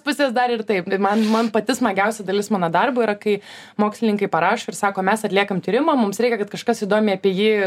pusės dar ir taip man man pati smagiausia dalis mano darbo yra kai mokslininkai parašo ir sako mes atliekam tyrimą mums reikia kad kažkas įdomiai apie jį